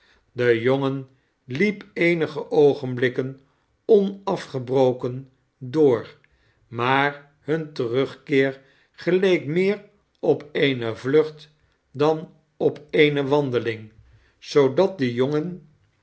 de jongen liep eenige oogenblikken onai'gebroken door maar hun terugkeer geleek meer op eene vlucht dan op eene wandeling zoodat de jongen